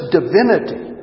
divinity